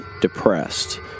depressed